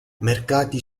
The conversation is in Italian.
mercati